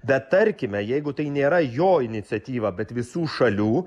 bet tarkime jeigu tai nėra jo iniciatyva bet visų šalių